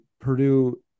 Purdue